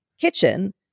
kitchen